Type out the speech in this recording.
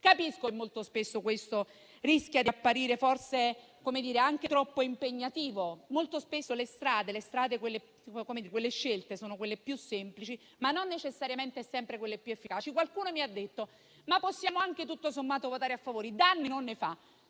Capisco che molto spesso questo rischia di apparire forse anche troppo impegnativo. Molto spesso le strade che vengono scelte sono quelle più semplici, ma non necessariamente sono sempre quelle più efficaci. Qualcuno mi ha detto che possiamo anche tutto sommato votare a favore, perché danni non ne fa.